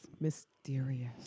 mysterious